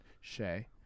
Shay